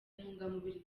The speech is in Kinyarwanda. intungamubiri